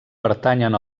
pertanyen